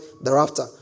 thereafter